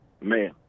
Man